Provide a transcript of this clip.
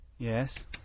Yes